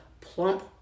plump